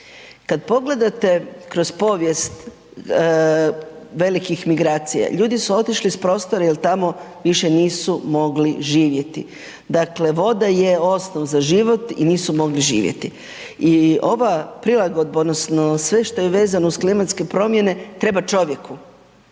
Kad pogledate kroz povijest velikih migracija ljudi su otišli s prostora jer tamo više nisu mogli živjeti. Dakle, voda je osnov za život i nisu mogli živjeti i ova prilagodba odnosno sve što je vezano uz klimatske promjene treba čovjeku.